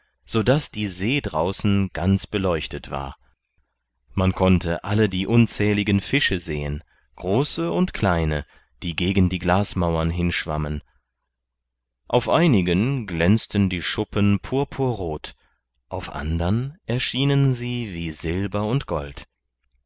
sodaß die see draußen ganz beleuchtet war man konnte alle die unzähligen fische sehen große und kleine die gegen die glasmauern hinschwammen auf einigen glänzten die schuppen purpurrot auf andern erschienen sie wie silber und gold